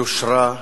יושרה,